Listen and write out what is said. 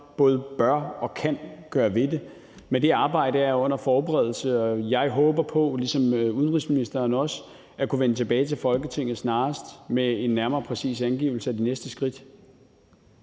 både bør og kan gøre ved det. Men det arbejde er under forberedelse. Jeg håber på, ligesom udenrigsministeren, at kunne vende tilbage til Folketinget snarest med en nærmere, præcis angivelse af de næste skridt.